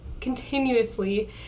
continuously